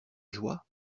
joie